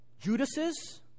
Judas's